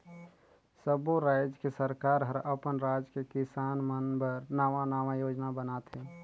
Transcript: सब्बो रायज के सरकार हर अपन राज के किसान मन बर नांवा नांवा योजना बनाथे